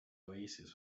oasis